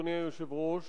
אדוני היושב-ראש,